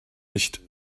nicht